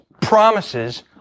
promises